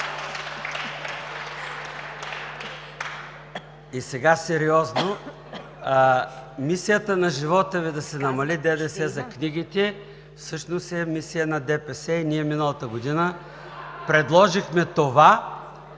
И сега сериозно. Мисията на живота Ви – да се намали ДДС за книгите, всъщност е мисия на ДПС и ние миналата година предложихме това